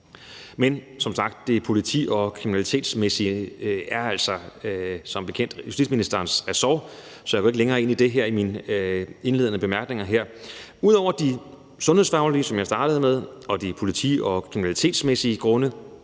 Men som sagt er det politi- og kriminalitetsmæssige justitsministerens ressort, så jeg går ikke længere ind i det i mine indledende bemærkninger. Ud over de sundhedsfaglige grunde, som jeg startede med, og de politi- og kriminalitetsmæssige grunde,